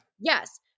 Yes